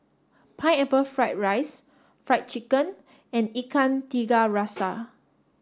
Pineapple Fried Rice Fried Chicken and Ikan Tiga Rasa